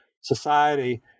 society